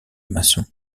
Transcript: maçons